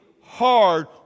hard